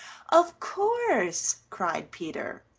of course, cried peter.